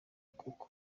kuko